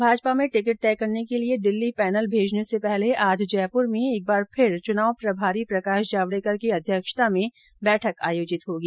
भाजपा में टिकिट तय करने के लिये दिल्ली पैनल भेजने से पहले आज जयपुर में एक बार फिर चुनाव प्रभारी प्रकाश जावडेकर की अध्यक्षता में बैठक आयोजित होगी